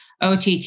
OTT